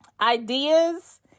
Ideas